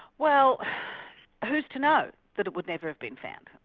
well who's to know that it would never have been found.